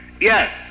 yes